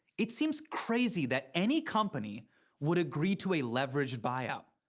it seems crazy that any company would agree to a leveraged buyout.